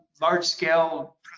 large-scale